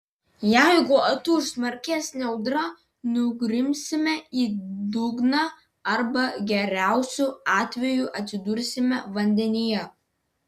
jeigu atūš smarkesnė audra nugrimsime į dugną arba geriausiu atveju atsidursime vandenyje